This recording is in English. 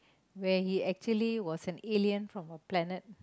where he actually was an alien from a planet